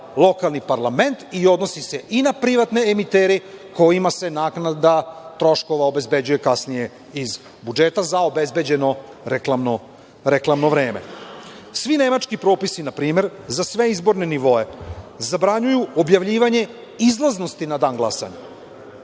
lokalni parlament i odnosi se i na privatne emitere kojima se naknada troškova obezbeđuje kasnije iz budžeta, za obezbeđeno reklamno vreme. Svi nemački propisi, na primer, za sve izborne nivoe zabranjuju objavljivanje izlaznosti na dan glasanja